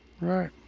right